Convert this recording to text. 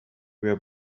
were